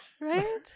right